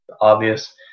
obvious